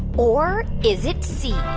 or is it c,